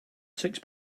six